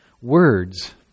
Words